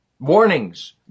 Warnings